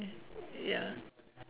ya